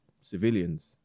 civilians